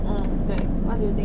um 对 what do you think